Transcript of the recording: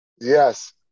Yes